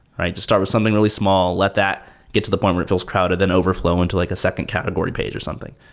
right? just start something really small. let that get to the point where it feels crowded, then overflow into like a second category page or something.